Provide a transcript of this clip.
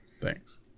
Thanks